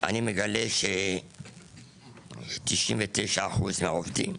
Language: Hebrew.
אני מגלה ש-99% מהעובדים,